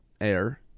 air